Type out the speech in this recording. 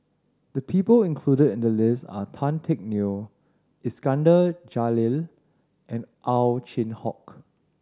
the people included in the list are Tan Teck Neo Iskandar Jalil and Ow Chin Hock